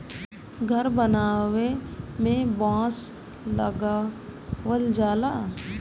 घर बनावे में बांस लगावल जाला